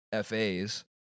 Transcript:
FAs